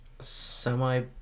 Semi-